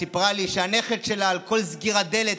שסיפרה לי שהנכד שלה רועד מכל סגירת דלת.